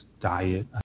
diet